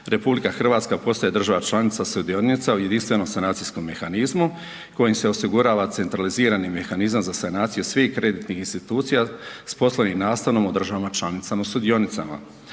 bankom, RH postaje država članica sudionica u Jedinstvenom sanacijskom mehanizmu kojim se osigurava centralizirani mehanizam za sanacije svih kreditnih institucija s .../Govornik se ne razumije./... u državama članicama sudionicama.